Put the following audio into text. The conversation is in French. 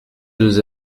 deux